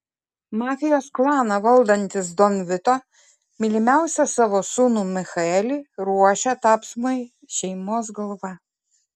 mafijos klaną valdantis don vito mylimiausią savo sūnų michaelį ruošia tapsmui šeimos galva